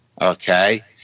okay